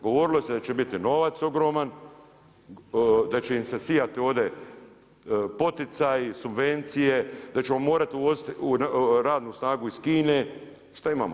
Govorilo se da će biti novac ogroman, da će im se sijati ovdje poticaji, subvencije, da ćemo morati uvoziti radnu snagu iz Kine, šta imamo?